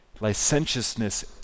licentiousness